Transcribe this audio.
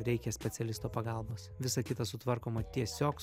reikia specialisto pagalbos visa kita sutvarkoma tiesiog